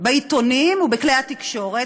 בעיתונים ובכלי תקשורת,